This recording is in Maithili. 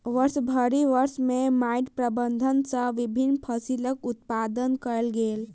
वर्षभरि वर्ष में माइट प्रबंधन सॅ विभिन्न फसिलक उत्पादन कयल गेल